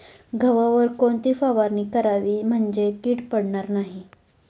गव्हावर कोणती फवारणी करावी म्हणजे कीड पडणार नाही?